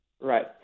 Right